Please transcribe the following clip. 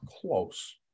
close